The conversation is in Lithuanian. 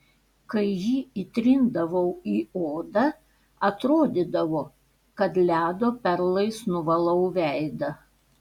kai jį įtrindavau į odą atrodydavo kad ledo perlais nuvalau veidą